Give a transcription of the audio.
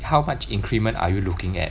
how much increment are you looking at